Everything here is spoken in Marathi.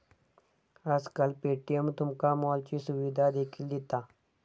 आजकाल पे.टी.एम तुमका मॉलची सुविधा देखील दिता